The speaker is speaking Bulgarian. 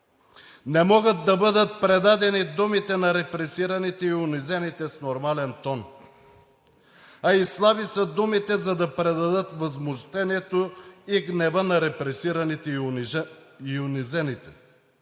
Не могат да бъдат предадени думите на репресираните и унизените с нормален тон, а и слаби са думите, за да предадат възмущението и гнева на репресираните и унизените.